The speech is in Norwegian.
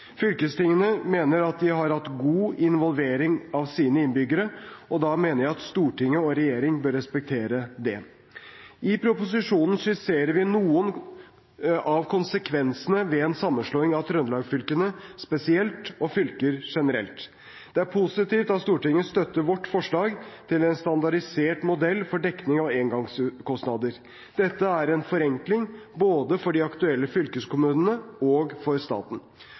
Fylkestingene mener at de har hatt god involvering av sine innbyggere, og da mener jeg at Stortinget og regjeringen bør respektere det. I proposisjonen skisserer vi noen av konsekvensene ved sammenslåing av Trøndelags-fylkene spesielt og fylker generelt. Det er positivt at Stortinget støtter vårt forslag til en standardisert modell for dekning av engangskostnader. Dette er en forenkling både for de aktuelle fylkeskommunene og for staten.